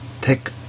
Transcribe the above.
take